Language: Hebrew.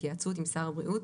בהתייעצות עם שר הבריאות,